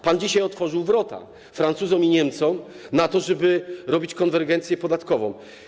Pan dzisiaj otworzył wrota Francuzom i Niemcom, żeby robić konwergencję podatkową.